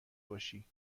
باشی